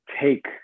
take